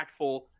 impactful